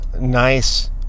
nice